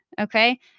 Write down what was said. Okay